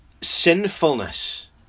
sinfulness